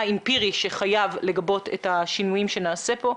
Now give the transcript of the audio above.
אמפירי שחייב לגבות את השינויים שנעשה כאן.